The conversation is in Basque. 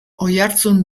oihartzun